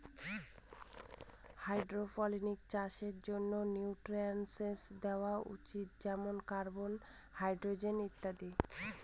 hydroponics চাষের জন্য nutrients দেওয়া উচিত যেমন কার্বন, হাইড্রজেন ইত্যাদি